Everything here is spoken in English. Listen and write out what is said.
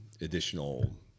additional